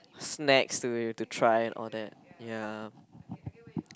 snacks to to try all that ya